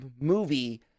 movie